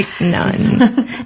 none